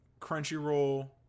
Crunchyroll